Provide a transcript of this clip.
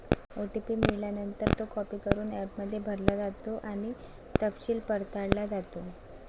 OTP मिळाल्यानंतर, तो copy करून ॲपमध्ये भरला जातो आणि तपशील पडताळला जातो